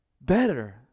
Better